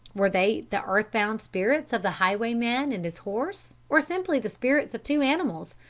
were they the earth-bound spirits of the highwayman and his horse, or simply the spirits of two animals?